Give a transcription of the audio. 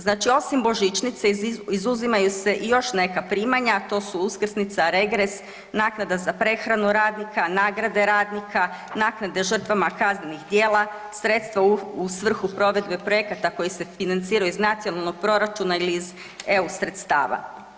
Znači osim božićnice, izuzimaju se i još neka primanja a to su uskrsnica, regres, naknada za prehranu radnika, nagrade radnika, naknada žrtvama kaznenih djela, sredstva u svrhu provedbe projekata koji se financiraju iz nacionalnog proračuna ili iz EU sredstava.